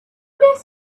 days